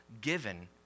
given